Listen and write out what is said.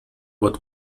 what